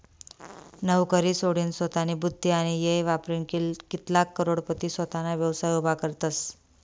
नवकरी सोडीनसोतानी बुध्दी आणि येय वापरीन कित्लाग करोडपती सोताना व्यवसाय उभा करतसं